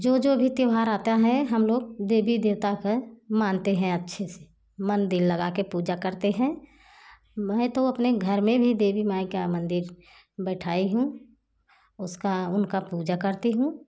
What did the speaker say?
जो जो भी त्यौहार आता है हम लोग देवी देवता को मानते हैं अच्छे से मन दिल लगा के पूजा करते हैं मैं तो अपने घर में भी देवी माई का मंदिर बैठाई हूँ उसका उनका पूजा करती हूँ